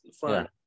fun